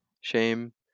shame